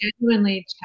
genuinely